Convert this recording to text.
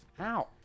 Ow